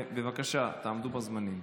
בבקשה, תעמדו בזמנים.